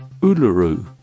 Uluru